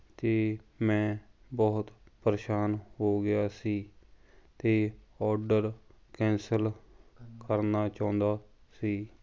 ਅਤੇ ਮੈਂ ਬਹੁਤ ਪਰੇਸ਼ਾਨ ਹੋ ਗਿਆ ਸੀ ਅਤੇ ਔਡਰ ਕੈਂਸਲ ਕਰਨਾ ਚਾਹੁੰਦਾ ਸੀ